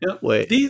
Wait